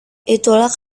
itulah